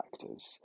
factors